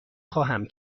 خواهم